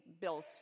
Bills